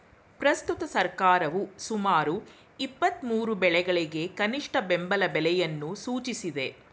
ಪ್ರಸ್ತುತ ಸರ್ಕಾರವು ಸುಮಾರು ಇಪ್ಪತ್ಮೂರು ಬೆಳೆಗಳಿಗೆ ಕನಿಷ್ಠ ಬೆಂಬಲ ಬೆಲೆಯನ್ನು ಸೂಚಿಸಿದೆ